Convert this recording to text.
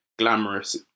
glamorous